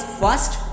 first